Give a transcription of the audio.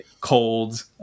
cold